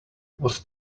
was